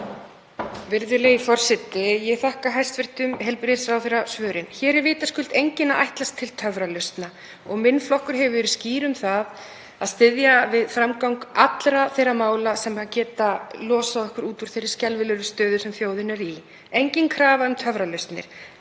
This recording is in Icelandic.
Virðulegi forseti. Ég þakka hæstv. heilbrigðisráðherra svörin. Hér er vitaskuld enginn að ætlast til töfralausna og minn flokkur hefur verið skýr um það að styðja við framgang allra þeirra mála sem geta losað okkur út úr þeirri skelfilegri stöðu sem þjóðin er í, engin krafa um töfralausnir.